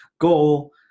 goal